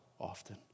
often